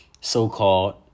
so-called